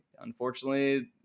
unfortunately